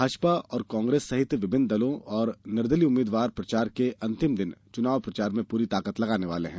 भाजपा और कांग्रेस सहित विभिन्न दल और निर्दलयीय उम्मीद्वार प्रचार के अंतिम दिन चुनाव प्रचार में पूरी ताकत लगाने वाले है